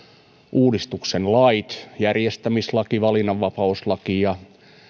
uudistuksen lait järjestämislaki valinnanvapauslaki ja